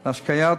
להשקיה,